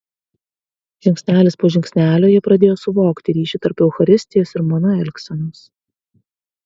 žingsnelis po žingsnelio jie pradėjo suvokti ryšį tarp eucharistijos ir mano elgsenos